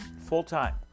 full-time